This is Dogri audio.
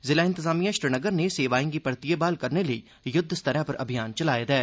जिला इंतजामिया श्रीनगर नै सेवाएं गी परतियै ब्हाल करने लेई युद्वस्तरै पर अभियान चलाए दा ऐ